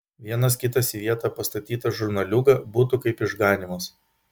vienas kitas į vietą pastatytas žurnaliūga būtų kaip išganymas